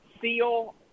seal